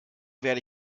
werde